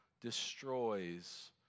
destroys